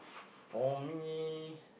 for me